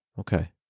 okay